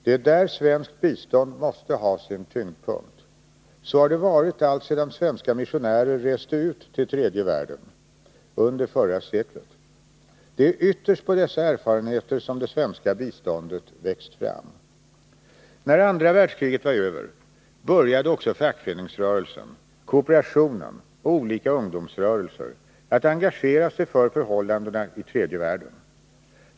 Det är där svenskt bistånd måste ha sin tyngdpunkt. Så har det varit alltsedan svenska missionärer reste ut till tredje världen under förra seklet. Det är ytterst på dessa erfarenheter som det svenska biståndet växt fram. När andra världskriget var över började också fackföreningsrörelsen, kooperationen och olika ungdomsrörelser att engagera sig för förhållandena i tredje världen.